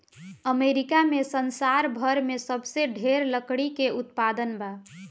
America में संसार भर में सबसे ढेर लकड़ी के उत्पादन बा